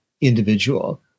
individual